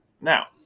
Now